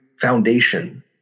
foundation